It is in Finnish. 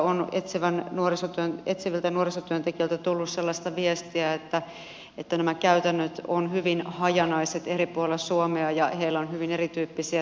tosin sieltä on etsiviltä nuorisotyöntekijöiltä tullut sellaista viestiä että nämä käytännöt ovat hyvin hajanaiset eri puolella suomea ja heillä on hyvin erityyppisiä tehtäviä